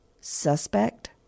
suspect